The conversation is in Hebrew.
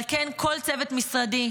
על כן, כל צוות משרדי,